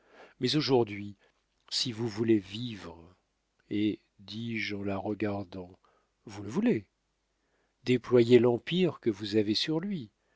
mais aujourd'hui si vous voulez vivre et dis-je en la regardant vous le voulez déployez l'empire que vous avez sur lui